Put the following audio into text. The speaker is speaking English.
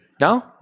no